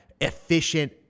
efficient